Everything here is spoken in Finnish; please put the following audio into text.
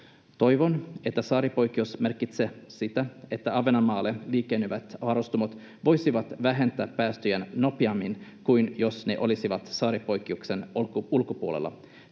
Toivon, että saaripoikkeus merkitsee sitä, että Ahvenanmaalle liikennöivät varustamot voisivat vähentää päästöjään nopeammin kuin jos ne olisivat saaripoikkeuksen ulkopuolella.